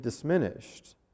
diminished